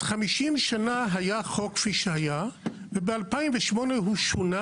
אז 50 שנה היה החוק כפי שהיה וב-2008 הוא שונה.